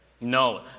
No